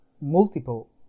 multiple